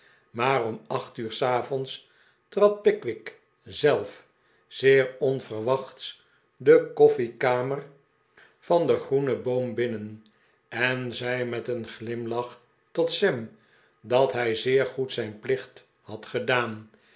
maar om acht uur s avonds trad pickwick zelf zeer onverwachts de koffiekamer van de groene boom binnen en zei met een glimlach tot sam dat hij zeer goed zijn plicht had gedaan